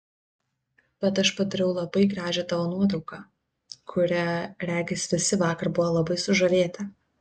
bet aš padariau labai gražią tavo nuotrauką kuria regis visi vakar buvo labai sužavėti